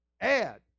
add